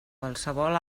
qualsevol